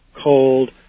cold